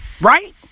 Right